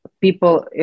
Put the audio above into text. people